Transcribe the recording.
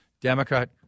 Democrat